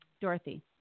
Dorothy